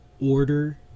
Order